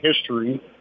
history